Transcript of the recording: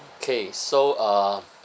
K so uh